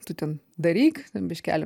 tu ten daryk biškelį